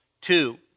Two